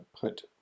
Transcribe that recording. put